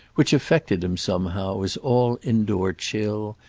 which affected him somehow as all indoor chill,